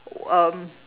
um